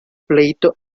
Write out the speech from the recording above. pleito